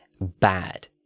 bad